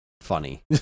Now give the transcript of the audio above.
funny